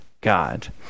God